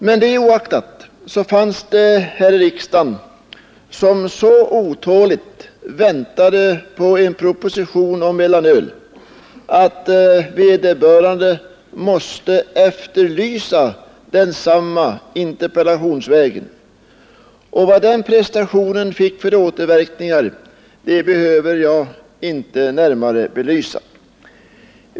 Men det oaktat fanns det en ledamot av riksdagen, som så otåligt väntade på en proposition om mellanöl att vederbörande måste efterlysa densamma interpellationsvägen. Vad den prestationen fick för återverkningar behöver jag inte närmare belysa.